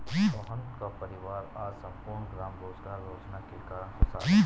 सोहन का परिवार आज सम्पूर्ण ग्राम रोजगार योजना के कारण खुशहाल है